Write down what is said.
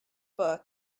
book